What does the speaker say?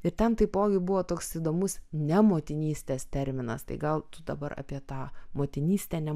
ir ten taipogi buvo toks įdomus nemotinystės terminas tai gal tu dabar apie tą motinystę ne